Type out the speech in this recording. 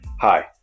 Hi